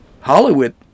Hollywood